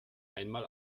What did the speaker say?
einmal